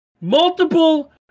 multiple